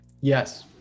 Yes